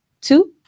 Two